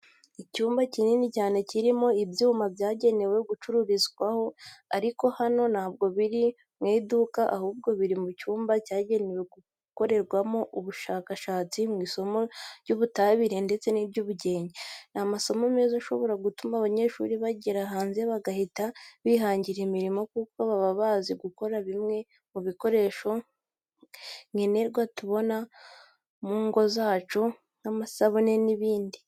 Icyumba kinini cyane kirimo ibyuma byagenewe gucururizwaho, ariko hano ntabwo biri mu iduka ahubwo biri mu cyumba cyagenewe gukorerwamo ubushakatsi mu isomo ry'ubutabire ndetse n'iry'ubugenge. Ni amasomo meza ashobora gutuma abanyeshuri bagera hanze bagahita bihangira imirimo kuko baba bazi gukora bimwe mu bikoresho nkenerwa tubona mu ngo zacu nk'amasabune n'ibindi.